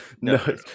no